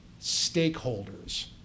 stakeholders